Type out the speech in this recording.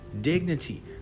dignity